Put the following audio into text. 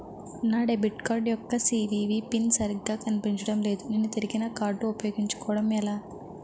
నా debit card యెక్క CVV pin సరిగా కనిపించడం లేదు నేను తిరిగి నా కార్డ్ఉ పయోగించుకోవడం ఎలా?